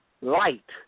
light